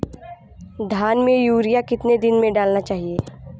धान में यूरिया कितने दिन में डालना चाहिए?